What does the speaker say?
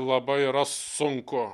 labai yra sunku